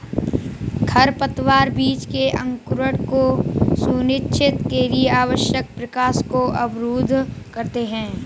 खरपतवार बीज के अंकुरण को सुनिश्चित के लिए आवश्यक प्रकाश को अवरुद्ध करते है